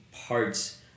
parts